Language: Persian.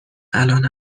الان